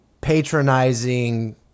patronizing